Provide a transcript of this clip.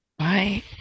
Right